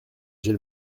j’ai